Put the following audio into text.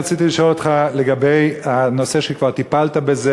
אני רציתי לשאול אותך לגבי הנושא שכבר טיפלת בו,